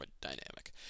dynamic